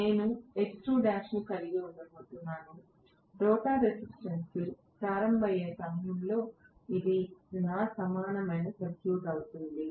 నేను X2l ను కలిగి ఉండబోతున్నాను రోటర్ రెసిస్టెన్స్ ప్రారంభమయ్యే సమయంలో ఇది నా సమానమైన సర్క్యూట్ అవుతుంది